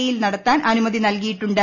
E യിൽ നടത്താൻ അനുമതി നൽകിയിട്ടുണ്ട്